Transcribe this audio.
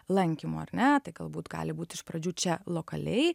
lankymo ar ne tai galbūt gali būt iš pradžių čia lokaliai